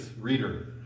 reader